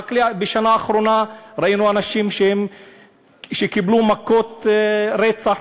רק בשנה האחרונה ראינו אנשים שקיבלו מכות רצח,